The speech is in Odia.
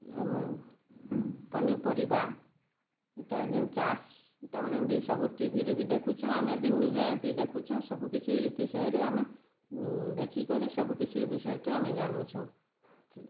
ଆମର୍ ପନିପରିବା ଇଟା ଯେନ୍ ଚାଷ୍ ଇଟାମାନେ ବି ସବୁ ଟିଭିରେ ବି ଦେଖୁଚୁଁ ଆମେ ବି ନିଜେ ବି ଦେଖୁଚୁଁ ସବୁ କିଛି ବିଷୟରେ ଆମେ ଦେଖିକରି ସବୁ କିଛି ବିଷୟଠୁ ଆମେ ଜାନୁଛୁଁ